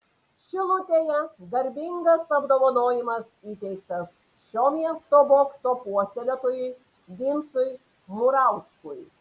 šilutėje garbingas apdovanojimas įteiktas šio miesto bokso puoselėtojui vincui murauskui